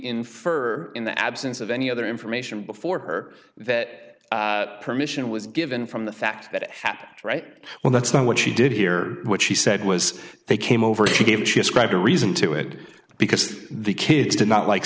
infer in the absence of any other information before her that permission was given from the fact that it happened right well that's not what she did hear what she said was they came over to give she described a reason to it because the kids did not like